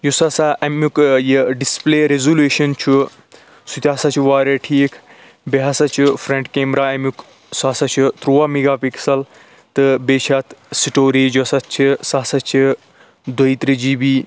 یُس ہسا اَمیٛک ٲں یہِ ڈِسپٕلے ریٚزوٗلوشَن چھُ سُہ تہِ ہسا چھُ واریاہ ٹھیٖک بیٚیہِ ہسا چھُ فرٛنٛٹ کیمرا اَمیٛک سُہ ہسا چھُ تُرٛوَہ میگا پِکسٕل تہٕ بیٚیہِ چھِ اَتھ سِٹوریج یۄس اَتھ چھِ سۄ ہسا چھِ دوٚیہِ تٕرٛہ جی بی